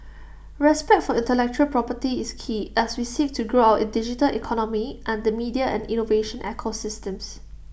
respect for intellectual property is key as we seek to grow our digital economy and the media and innovation ecosystems